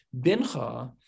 Bincha